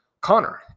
Connor